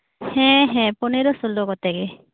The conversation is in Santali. ᱦᱮᱸ ᱦᱮᱸ ᱯᱚᱱᱮᱨᱚ ᱥᱚᱞᱚ ᱠᱚᱛᱮᱜᱤ